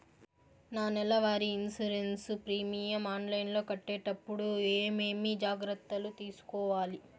నా నెల వారి ఇన్సూరెన్సు ప్రీమియం ఆన్లైన్లో కట్టేటప్పుడు ఏమేమి జాగ్రత్త లు తీసుకోవాలి?